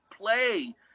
play